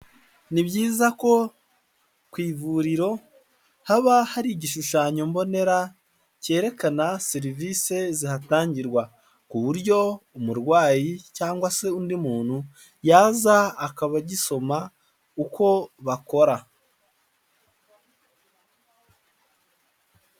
Ni byiza ko ku ivuriro haba hari igishushanyo mbonera cyerekana serivisi zihatangirwa ku buryo umurwayi cyangwa se undi muntu yaza akaba agisoma uko bakora.